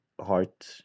heart